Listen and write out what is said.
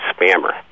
spammer